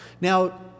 Now